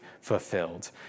fulfilled